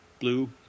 blue